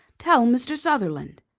tell mr. sutherland!